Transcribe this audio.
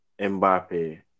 Mbappe